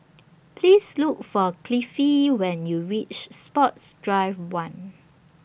Please Look For Cliffie when YOU REACH Sports Drive one